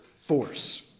force